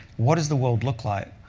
what does the world look like?